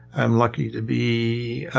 i'm lucky to be.